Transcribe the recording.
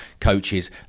coaches